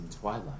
Twilight